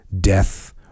Death